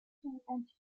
identified